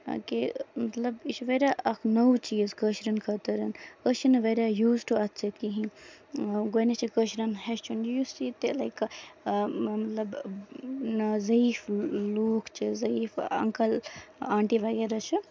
کہِ مطلب یہِ چھُ واریاہ اکھ نٔو چیٖز کٲشرین خٲطرٕ أسۍ چھِ نہٕ واریاہ یوٗز ٹوٚ اَتھ سۭتۍ کِہینۍ گۄڈٕنیتھ چھِ کٲشرین ہٮ۪چُھن یُس ییٚتہِ لایِک مطلب ضعیف لُکھ چھِ ضعیف اَنکل آنٹی وغیرہ چھِ